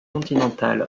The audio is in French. continentale